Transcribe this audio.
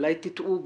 אולי תטעו בפטור.